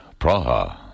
Praha